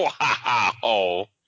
Wow